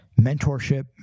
mentorship